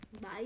Bye